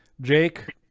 Jake